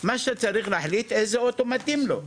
מה שצריך להחליט זה איזה אוטו מתאים לו,